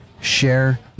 Share